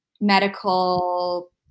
medical